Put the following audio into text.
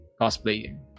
cosplaying